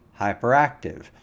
hyperactive